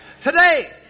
Today